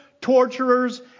torturers